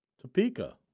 Topeka